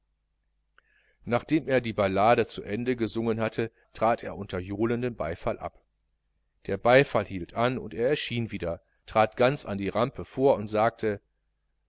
nachdem er die ballade zu ende gesungen hatte trat er unter johlendem beifall ab der beifall hielt an und er erschien wieder trat ganz an die rampe vor und sagte